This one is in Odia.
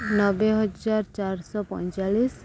ନବେ ହଜାର ଚାରିଶହ ପଇଁଚାଳିଶି